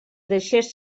deixés